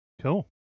Cool